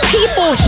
people